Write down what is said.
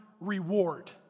reward